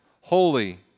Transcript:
holy